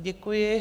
Děkuji.